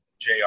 JR